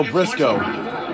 Briscoe